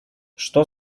что